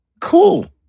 Cool